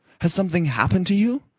has something happened to you?